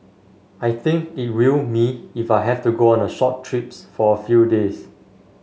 I think it will me if I have to go on short trips for a few days